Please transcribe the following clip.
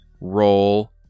roll